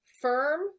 firm